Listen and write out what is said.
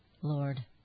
Lord